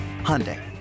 Hyundai